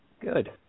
Good